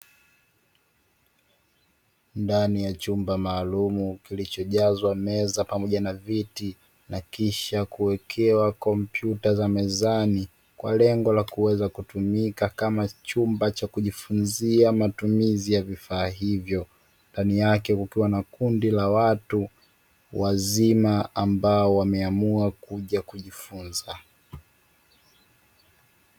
Ndani ya chumba maalumu kilichojazwa meza pamoja na viti na kisha kuwekewa kompyuta za mezani kwa lengo la kuweza kutumika kama chumba cha kujifunzia matumizi ya vifaa hivyo ndani yake kukiwa na kundi la watu wazima ambao wameamua kuja kujifunza.